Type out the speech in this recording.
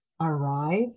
arrive